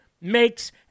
makes